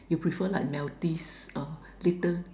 you prefer like Maltese uh little